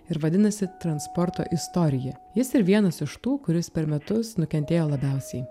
ir vadinasi transporto istorija jis yra vienas iš tų kuris per metus nukentėjo labiausiai